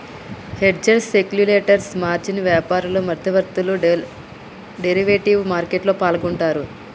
hedgers, speculators, margin వ్యాపారులు, మధ్యవర్తులు derivative మార్కెట్లో పాల్గొంటరు